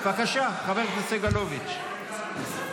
בבקשה, חבר הכנסת סגלוביץ'.